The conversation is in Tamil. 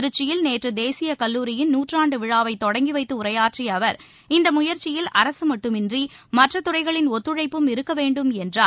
திருச்சியில் நேற்று தேசிய கல்லூரியின் நூற்றாண்டு விழாவை தொடங்கிவைத்து உரையாற்றிய அவர் இந்த முயற்சியில் அரசு மட்டுமின்றி மற்றத் துறைகளின் ஒத்துழைப்பும் இருக்க வேண்டும் என்றார்